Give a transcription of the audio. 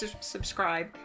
subscribe